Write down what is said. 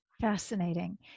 Fascinating